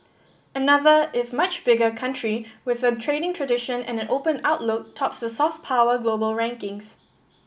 another if much bigger country with a trading tradition and an open outlook tops the soft power global rankings